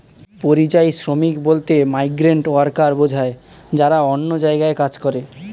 পরিযায়ী শ্রমিক বলতে মাইগ্রেন্ট ওয়ার্কার বোঝায় যারা অন্য জায়গায় কাজ করে